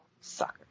Sucker